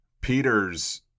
Peter's